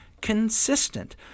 consistent